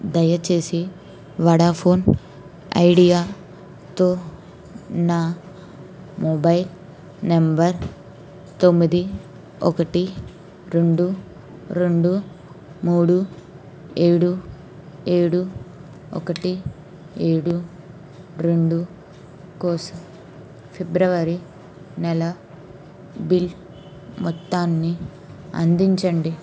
దయచేసి వడాఫోన్ ఐడియాతో నా మొబైల్ నంబర్ తొమ్మిది ఒకటి రెండు రెండు మూడు ఏడు ఏడు ఒకటి ఏడు రెండు కోసం ఫిబ్రవరి నెల బిల్ మొత్తాన్ని అందించండి